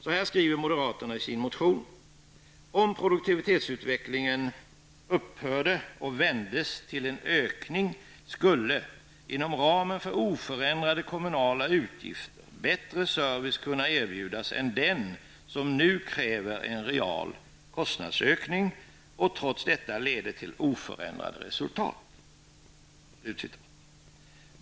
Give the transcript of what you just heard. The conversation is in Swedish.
Så här skriver moderaterna i sin motion: ''Om produktivitetsminskningen upphörde och vändes till en ökning skulle inom ramen för oförändrade kommunala utgifter bättre service kunna erbjudas än den som nu kräver en real kostnadsökning och trots detta leder till oförändrade resultat.''